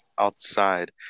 outside